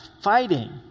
fighting